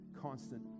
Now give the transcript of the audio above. constant